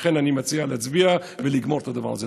לכן אני מציע להצביע ולגמור את הדבר הזה.